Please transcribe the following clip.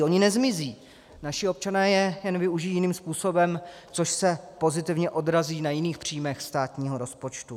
Ony nezmizí, naši občané je jen využijí jiným způsobem, což se pozitivně odrazí na jiných příjmech státního rozpočtu.